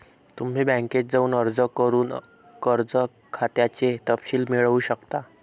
तुम्ही बँकेत जाऊन अर्ज करून कर्ज खात्याचे तपशील मिळवू शकता